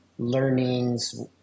learnings